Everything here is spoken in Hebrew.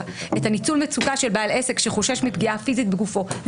את ניצול המצוקה של בעל עסק שחושש מפגיעה פיזית בגופו,